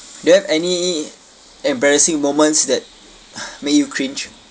do you have any embarrassing moments that make you cringe